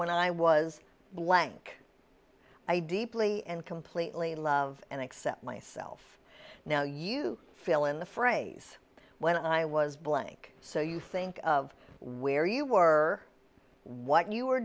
when i was blank i deeply and completely love and accept myself now you fill in the phrase when i was blank so you think of where you were what you were